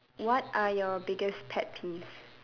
what are your biggest pet peeves